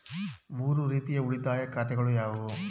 ಮೂರು ರೀತಿಯ ಉಳಿತಾಯ ಖಾತೆಗಳು ಯಾವುವು?